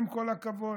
עם כל הכבוד,